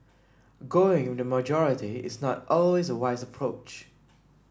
going with the majority is not always a wise approach